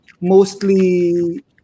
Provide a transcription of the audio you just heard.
mostly